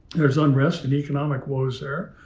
there's unrest and economic woes there.